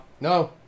No